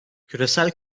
küresel